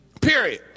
Period